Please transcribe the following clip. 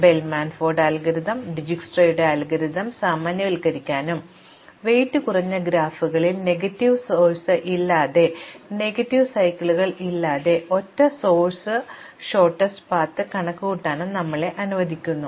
Bellman Ford algorithm ഡിജ്സ്ക്രയുടെ algorithm സാമാന്യവൽക്കരിക്കാനും ഭാരം കുറഞ്ഞ ഗ്രാഫുകളിൽ നെഗറ്റീവ് സോഴ്സ് ഇല്ലാതെ നെഗറ്റീവ് സൈക്കിളുകൾ ഇല്ലാതെ ഒറ്റ ഉറവിട ഹ്രസ്വ പാതകളെ കണക്കുകൂട്ടാനും ഞങ്ങളെ അനുവദിക്കുന്നു